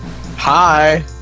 hi